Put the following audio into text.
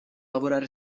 lavorare